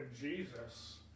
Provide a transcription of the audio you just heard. Jesus